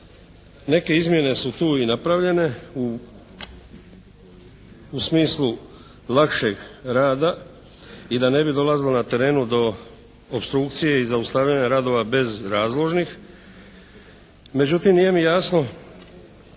Neke izmjene su tu i napravljene u smislu lakšeg rada i da ne bi dolazilo na terenu do opstrukcije i zaustavljanja radova bezrazložnih.